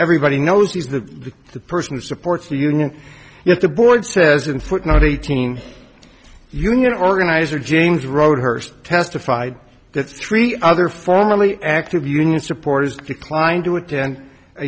everybody knows he's the person who supports the union yet the board says in footnote eighteen union organizer james road hurst testified that three other formally active union supporters declined to attend a